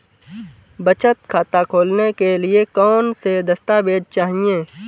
बचत खाता खोलने के लिए कौनसे दस्तावेज़ चाहिए?